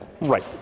Right